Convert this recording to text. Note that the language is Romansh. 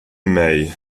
mei